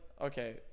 okay